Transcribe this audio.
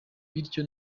bityo